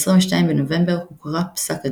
ב-22 בנובמבר הוקרא פסק הדין,